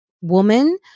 woman